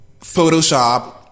Photoshop